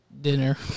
dinner